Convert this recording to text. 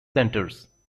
centers